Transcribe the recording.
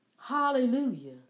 Hallelujah